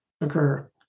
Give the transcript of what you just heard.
occur